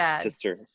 sister